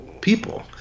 people